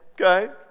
okay